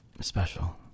special